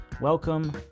Welcome